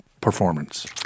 performance